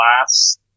last